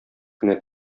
кенә